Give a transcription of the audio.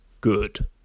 good